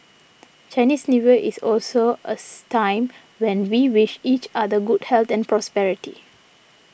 Chinese New Year is also as time when we wish each other good health and prosperity